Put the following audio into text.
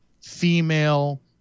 female